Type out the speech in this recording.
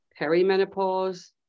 perimenopause